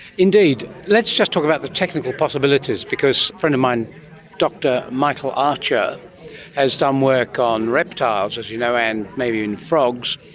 indeed. let's just talk about the technical possibilities, because a friend of mine dr michael archer has done work on reptiles, as you know, and maybe even frogs,